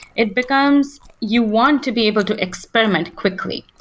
it becomes you want to be able to experiment quickly.